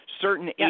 certain